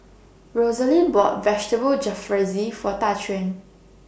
Rosalind bought Vegetable Jalfrezi For Daquan